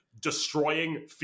destroying